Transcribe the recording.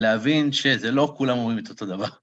להבין שזה לא כולם רואים את אותו דבר.